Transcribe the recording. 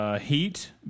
Heat